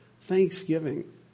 thanksgiving